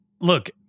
Look